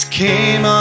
came